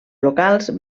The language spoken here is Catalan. locals